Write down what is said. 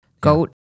Goat